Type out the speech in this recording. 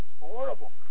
horrible